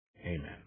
amen